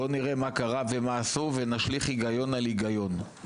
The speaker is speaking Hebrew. בוא נראה מה קרה ומה עשו ונשליך היגיון על היגיון.